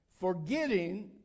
forgetting